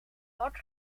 vak